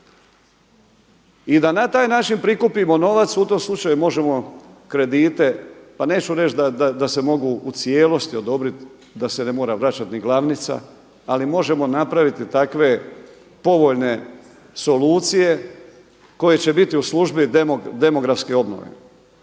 i da na taj način prikupimo novac. U tom slučaju možemo kredite, pa neću reći da se mogu u cijelosti odobrit da se ne mora vraćat ni glavnica. Ali možemo napraviti takve povoljne solucije koje će biti u službi demografske obnove.